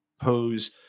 pose